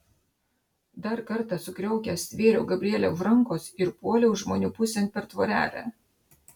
dar kartą sukriokęs stvėriau gabrielę už rankos ir puoliau žmonių pusėn per tvorelę